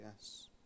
yes